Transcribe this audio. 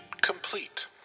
complete